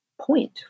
point